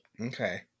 Okay